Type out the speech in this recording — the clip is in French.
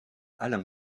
alain